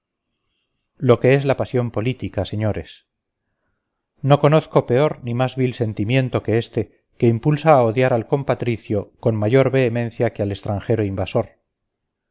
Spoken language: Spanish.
lo que es la pasión política señores no conozco peor ni más vil sentimiento que este que impulsa a odiar al compatricio con mayor vehemencia que al extranjero invasor